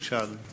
בבקשה.